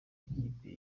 ikipe